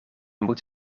moet